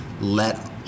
let